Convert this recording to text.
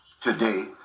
today